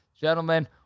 gentlemen